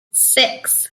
six